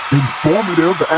informative